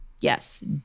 Yes